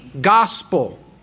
gospel